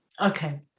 Okay